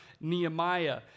Nehemiah